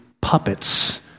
puppets